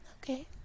Okay